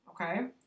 okay